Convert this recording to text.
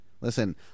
listen